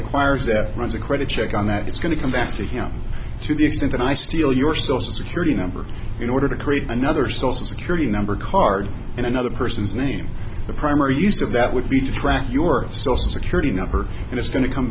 acquires that runs a credit check on that it's going to come back to him to the extent that i steal your social security number in order to create another social security number card in another person's name the primary use of that would be to track your still security number and it's going to come